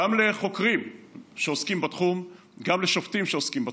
גם לחוקרים שעוסקים בתחום וגם לשופטים שעוסקים בתחום.